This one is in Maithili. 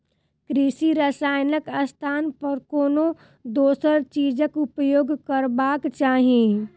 कृषि रसायनक स्थान पर कोनो दोसर चीजक उपयोग करबाक चाही